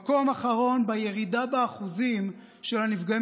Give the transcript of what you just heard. במקום האחרון בירידה באחוזים של הנפגעים